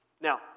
now